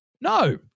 No